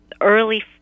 early